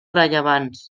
rellevants